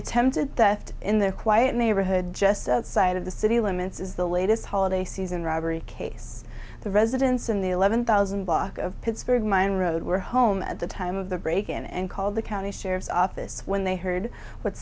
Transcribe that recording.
attempted theft in the quiet neighborhood just outside of the city limits is the latest holiday season robbery case the residents in the eleven thousand block of pittsburgh mine road were home at the time of the break in and call the county sheriff's office when they heard what